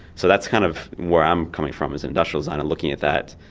so that's kind of where i'm coming from, is industrial design and looking at that,